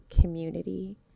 community